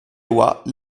lois